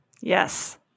Yes